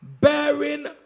bearing